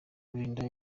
rulinda